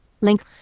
Link